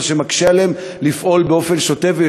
מה שמקשה עליהם לפעול באופן שוטף,